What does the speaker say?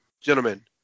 gentlemen